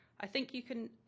i think you can